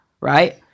right